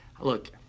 look